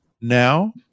now